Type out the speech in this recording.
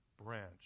branch